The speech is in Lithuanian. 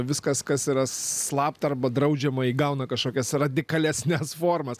viskas kas yra slapta arba draudžiama įgauna kažkokias radikalesnes formas